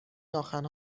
ناخن